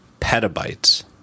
petabytes